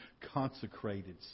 consecrated